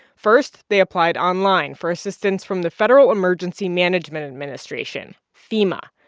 first, they applied online for assistance from the federal emergency management administration, fema.